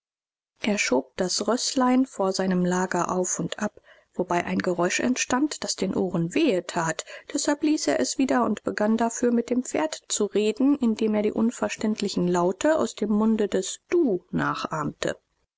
er schob das rößlein vor seinem lager auf und ab wobei ein geräusch entstand das den ohren wehe tat deshalb ließ er es wieder und begann dafür mit dem pferd zu reden indem er die unverständlichen laute aus dem munde des du nachahmte